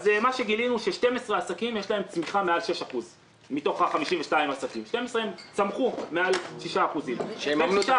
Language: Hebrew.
גילינו של-12 עסקים מתוך 52 עסקים יש צמיחה מעל 6%. בין 6% של